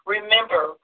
Remember